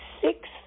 six